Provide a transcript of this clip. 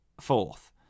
fourth